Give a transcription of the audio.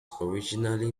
originally